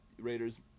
Raiders